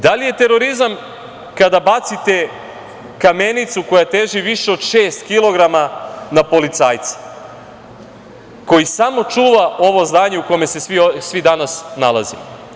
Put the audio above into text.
Da li je terorizam kada bacite kamenicu koja teži više od šest kilograma na policajca koji samo čuva ovo zdanje u kome se svi danas nalazimo?